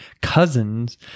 cousins